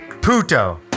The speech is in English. Puto